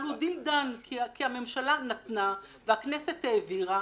אבל הוא deal done כי הממשלה נתנה והכנסת העבירה,